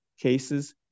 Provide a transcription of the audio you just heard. cases